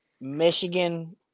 Michigan –